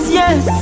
yes